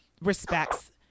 respects